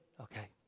Okay